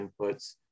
inputs